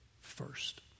first